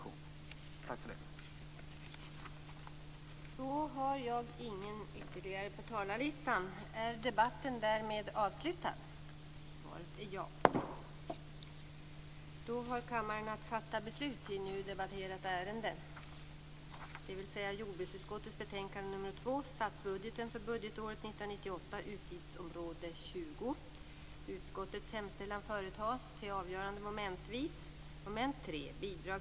Tack för den!